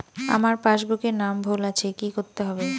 আমার পাসবুকে নাম ভুল আছে কি করতে হবে?